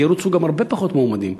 אז ירוצו גם הרבה פחות מועמדים.